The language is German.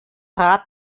rad